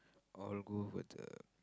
all go over the